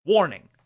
Warning